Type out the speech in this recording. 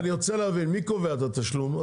מי קובע את התשלום?